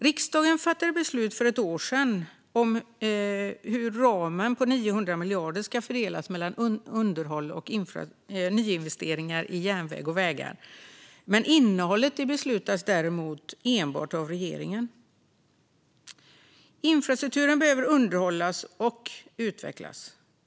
Riksdagen fattade för ett år sedan beslut om hur ramen på 900 miljarder ska fördelas mellan underhåll och nyinvesteringar i järnväg och vägar. Innehållet beslutas däremot enbart av regeringen. Infrastrukturen behöver underhållas och utvecklas.